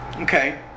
okay